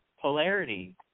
polarity